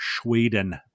Sweden